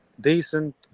decent